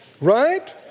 Right